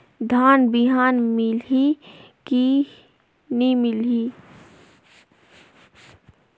धान बिहान मिलही की नी मिलही?